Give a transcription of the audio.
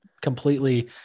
completely